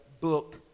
book